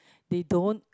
they don't